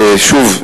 שוב,